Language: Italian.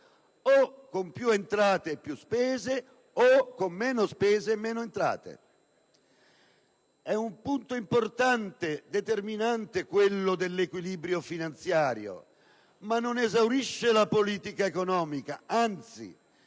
o con più entrate e più spese o con meno spese e meno entrate. È un punto determinante quello dell'equilibrio finanziario, ma non esaurisce la politica economica; anzi,